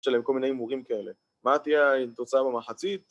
‫שלהם כל מיני מורים כאלה. ‫מה תהיה עם תוצאה במחצית?